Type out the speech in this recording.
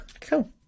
Cool